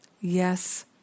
Yes